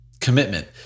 Commitment